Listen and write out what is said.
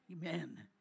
Amen